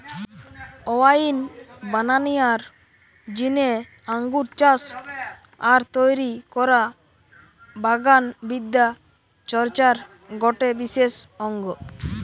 wine বানানিয়ার জিনে আঙ্গুর চাষ আর তৈরি করা বাগান বিদ্যা চর্চার গটে বিশেষ অঙ্গ